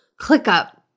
ClickUp